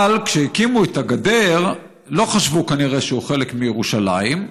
אבל כשהקימו את הגדר לא חשבו כנראה שהוא חלק מירושלים,